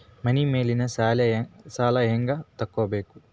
ಮನಿ ಮೇಲಿನ ಸಾಲ ಹ್ಯಾಂಗ್ ತಗೋಬೇಕು?